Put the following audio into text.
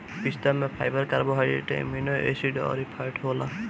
पिस्ता में fibre, carbohydrate, amino acid अउरी फैट होला